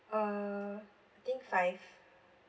uh I think five